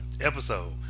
episode